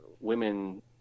women